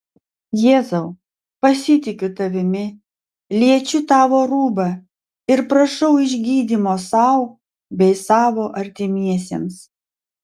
jėzau pasitikiu tavimi liečiu tavo rūbą ir prašau išgydymo sau bei savo artimiesiems